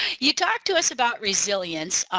you talk to us about resilience